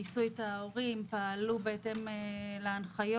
גייסו את ההורים, פעלו בהתאם להנחיות.